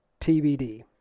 TBD